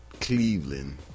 Cleveland